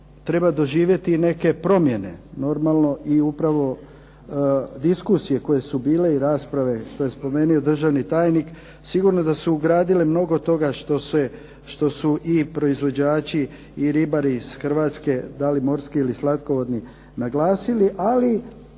treba doživjeti i neke promjene, normalno i upravo diskusije koje su bile i rasprave što je spomenuo državni tajnik sigurno da su ugradile mnogo toga što su proizvođači ili ribari iz Hrvatske da li morski ili slatkovodni naglasili, ali